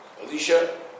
Alicia